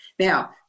Now